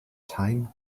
time